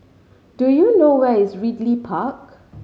do you know where is Ridley Park